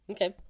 Okay